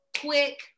quick